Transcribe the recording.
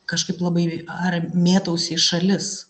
kažkaip labai ar mėtausi į šalis